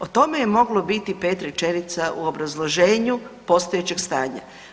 O tome je moglo biti 5 rečenica u obrazloženju postojećeg stanja.